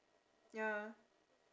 ya